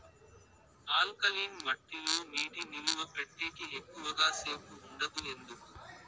alkaline మట్టి లో నీటి నిలువ పెట్టేకి ఎక్కువగా సేపు ఉండదు ఎందుకు